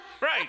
Right